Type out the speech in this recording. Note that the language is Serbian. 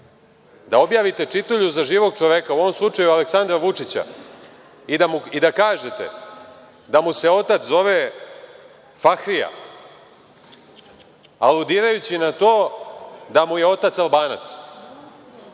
da objavite čitulju za živog čoveka, u ovom slučaju Aleksandra Vučića i da kažete da mu se otac zove Fahrija, aludirajući na to da mu je otac Albanac. Na